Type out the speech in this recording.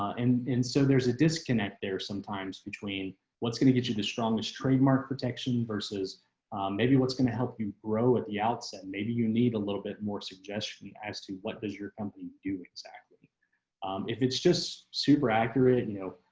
and and so there's a disconnect there sometimes between what's going to get you the strongest trademark protection versus kevin christopher maybe what's going to help you grow at the outset, maybe you need a little bit more suggestion as to what does your company do exactly if it's just super accurate, you know,